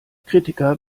kritiker